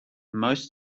most